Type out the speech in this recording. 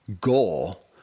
goal